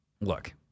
look